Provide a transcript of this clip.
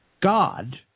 God